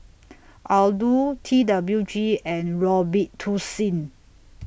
Aldo T W G and Robitussin